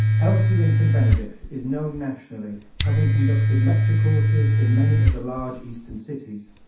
elsie lincoln benedict is known nationally, having conducted lecture courses in many of the large eastern cities.